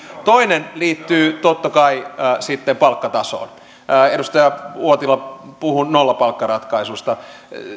toinen liittyy totta kai sitten palkkatasoon edustaja uotila puhui nollapalkkaratkaisusta